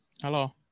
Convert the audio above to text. Hello